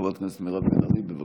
חברת הכנסת מירב בן ארי, בבקשה.